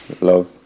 love